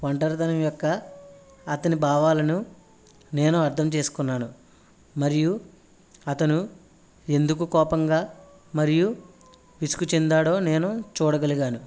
ఒంటరితనం యొక్క అతని భావాలను నేను అర్ధం చేసుకున్నాను మరియు అతను ఎందుకు కోపంగా మరియు విసుగు చెందాడో నేను చూడగలిగాను